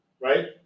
Right